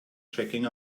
checking